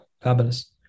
fabulous